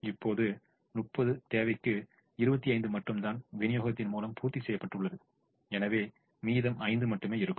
இப்போது 30 தேவைக்கு 25 மட்டும்தான் விநியோகத்தின் மூலம் பூர்த்தி செய்யப்பட்டுள்ளது எனவே மீதம் 5 மட்டுமே இருக்கும்